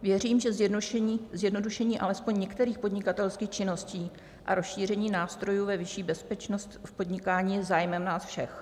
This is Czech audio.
Věřím, že zjednodušení alespoň některých podnikatelských činností a rozšíření nástrojů ve vyšší bezpečnost v podnikání je zájmem nás všech.